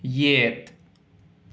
ꯌꯦꯠ